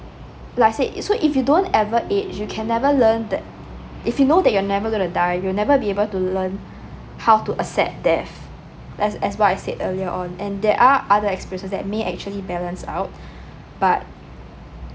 like I said if so if you don't ever age you can never learn that if you know that you never gonna die you never be able to learn how to accept death that's that's what I said earlier on and there are other experiences that may actually balance out but